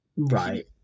Right